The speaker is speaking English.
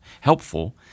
helpful